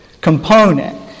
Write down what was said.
component